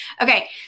Okay